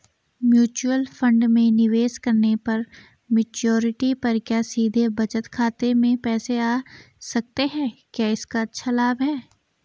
Mutual fund में निवेश करने पर मैच्योरिटी पर क्या सीधे बचत खाते में पैसे आ सकते हैं क्या इसका अच्छा लाभ है?